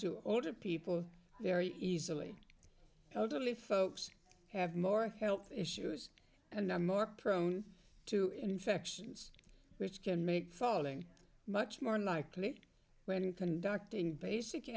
to older people very easily elderly folks have more health issues and now more prone to infections which can make falling much more unlikely when conducting basic